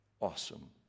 awesome